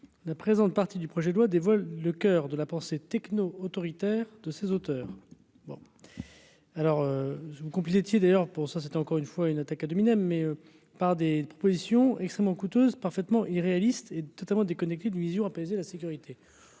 la présente partie du projet de loi des vols, le coeur de la pensée technos autoritaires de ses auteurs, bon alors vous complice étiez d'ailleurs pour ça, c'est encore une fois une attaques à nominem mais par des propositions extrêmement coûteuse parfaitement irréaliste et totalement déconnectée de vision apaisée, la sécurité,